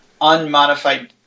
unmodified